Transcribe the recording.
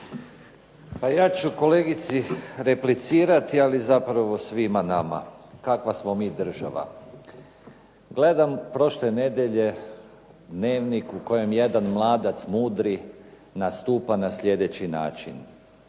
Pa ja ću kolegici replicirati, ali zapravo svima nama kakva smo mi država. Gledam prošle nedjelje "Dnevnik" u kojem jedan mladac mudri nastupa na sljedeći način.